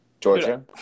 Georgia